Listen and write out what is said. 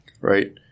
right